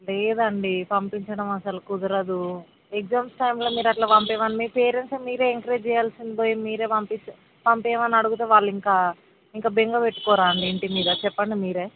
లేదండి పంపించడం అసలు కుదరదు ఎగ్జామ్స్ టైమ్లో మీరు అట్లా పంపియ్య పేరెంట్స్ మీరే ఎంకరేజ్ చేయాల్సింది పోయి మీరే పంపిస్తే పంపియ్యమని అడిగితే వాళ్ళు ఇంకా ఇంకా బెంగ పెట్టుకోరా అండి ఇంటి మీద చెప్పండి మీరే